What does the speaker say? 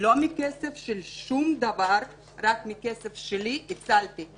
לא מהכסף של שום דבר, רק מהכסף שלי הצלתי אותה.